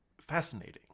fascinating